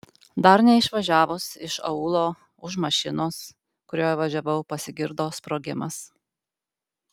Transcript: dar neišvažiavus iš aūlo už mašinos kurioje važiavau pasigirdo sprogimas